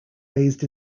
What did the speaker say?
raised